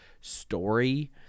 story